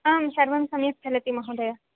आं सर्वं सम्यक् चलति महोदय